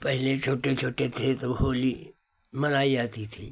पहले छोटे छोटे थे तब होली मनाई जाती थी